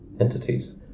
entities